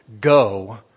go